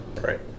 Right